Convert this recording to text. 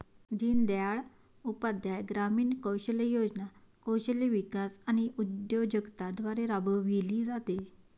दीनदयाळ उपाध्याय ग्रामीण कौशल्य योजना कौशल्य विकास आणि उद्योजकता द्वारे राबविली जाते